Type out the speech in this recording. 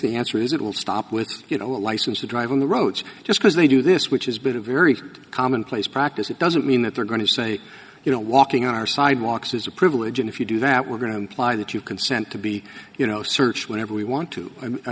the answer is it will stop with you no license to drive on the roads just because they do this which is bit of very common place practice it doesn't mean that they're going to say you know walking are sidewalks is a privilege and if you do that we're going to imply that you consent to be you know search whenever we want to